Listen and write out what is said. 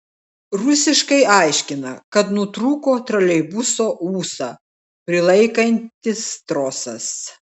rusiškai aiškina kad nutrūko troleibuso ūsą prilaikantis trosas